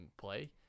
play